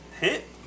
hit